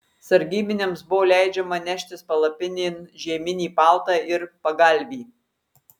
sargybiniams buvo leidžiama neštis palapinėn žieminį paltą ir pagalvį